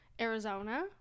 Arizona